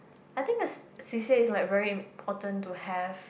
I think a C_C_A is very important to have